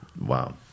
Wow